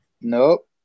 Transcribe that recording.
Nope